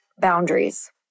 boundaries